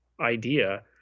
idea